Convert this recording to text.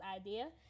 idea